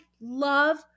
love